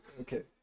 Okay